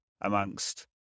amongst